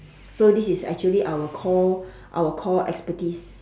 so this is actually our core our core expertise